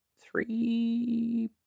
three